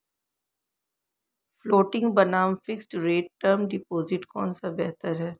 Floating बनाम fixed rate term deposit कौन सा बेहतर है?